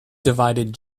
divided